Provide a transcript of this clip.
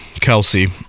Kelsey